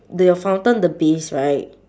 the your fountain the base right